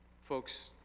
folks